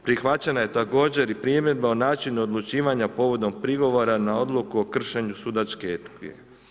Prihvaćeno je također i primjedba o načinu odlučivanja povodom prigovora na odluku o kršenju sudačke etike.